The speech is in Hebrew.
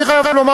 אני חייב לומר,